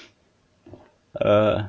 uh